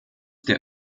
der